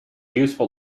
useful